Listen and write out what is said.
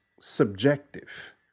subjective